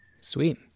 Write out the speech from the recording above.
Sweet